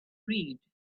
read